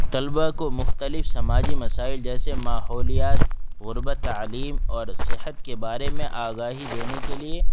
طلبا کو مختلف سماجی مسائل جیسے ماحولیات غربت تعلیم اور صحت کے بارے میں آگاہی دینے کے لیے